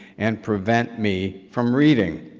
and prevent me from reading.